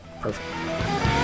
perfect